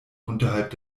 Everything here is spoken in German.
unterhalb